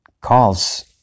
calls